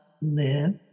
live